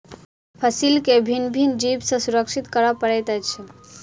फसील के भिन्न भिन्न जीव सॅ सुरक्षित करअ पड़ैत अछि